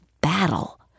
battle